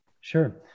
Sure